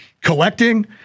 collecting